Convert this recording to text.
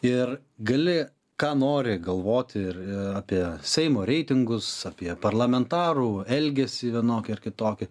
ir gali ką nori galvoti ir apie seimo reitingus apie parlamentarų elgesį vienokį ar kitokį